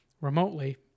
remotely